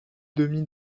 demi